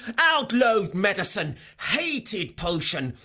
out, loathed med'cine! o hated potion,